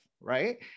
Right